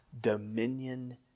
dominion